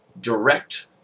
direct